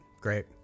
Great